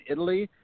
Italy